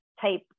type